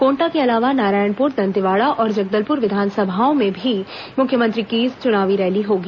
कोंटा के अलावा नारायणपुर दंतेवाड़ा और जगदलपुर विधानसभाओं में भी मुख्यमंत्री की चुनावी रैली होगी